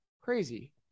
crazy